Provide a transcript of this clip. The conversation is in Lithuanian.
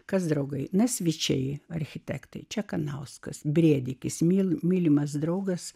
kas draugai nasvyčiai architektai čekanauskas brėdikis myl mylimas draugas